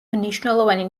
მნიშვნელოვანი